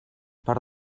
per